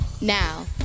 Now